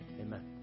Amen